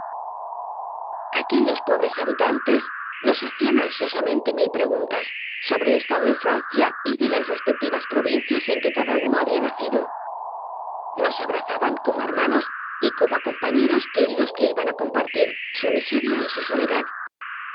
cieloaquellos pobres habitantes nos hacían ansiosa mente mil preguntas sobre el estado de francia y de las respectivas provincias en que cada uno ha bía nacido nos abrazaban como a hermanos y como a compañeros queridos que iban a compartir su miseria y su soledad